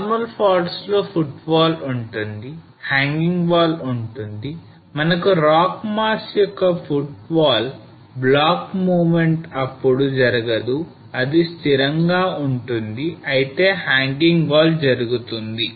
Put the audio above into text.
Normal faults లో footwall ఉంటుంది hanging wall ఉంటుంది మనకు rock mass యొక్క footwall బ్లాక్ movement అప్పుడు జరగదు అది స్థిరంగా ఉంటుంది అయితే hanging wall జరుగుతుంది